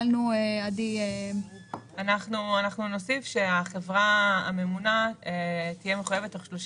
אנחנו נוסיף שהחברה הממונה תהיה מחויבת תוך 30